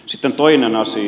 sitten toinen asia